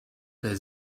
der